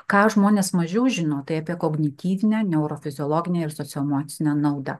ką žmonės mažiau žino tai apie kognityvinę neurofiziologinę ir sociemocinę naudą